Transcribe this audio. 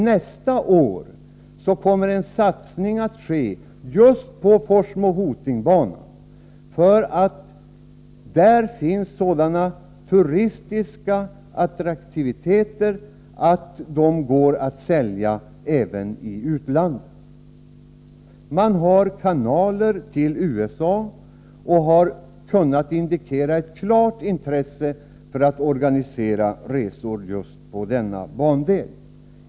Nästa år kommer en satsning att ske just på Forsmo-Hoting-banan, för där finns sådana turistiska attraktioner att de går att sälja även i utlandet. Man har kanaler till USA och har kunnat indikera ett klart intresse för att organisera resor just på denna bandel.